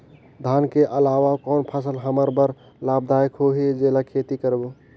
धान के अलावा कौन फसल हमर बर लाभदायक होही जेला खेती करबो?